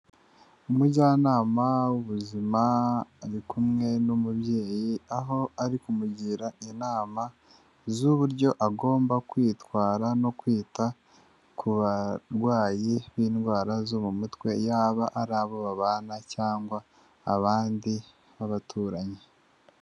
Umujyanama w'ubuzima ari kumwe n'umubyeyi aho ari kumugira inama z'uburyo agomba kwitwara no kwita ku barwayi b'indwara zo mu mutwe, yaba ari abo babana cyangwa abandi b'abaturanyi.